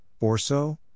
Orso